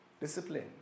Discipline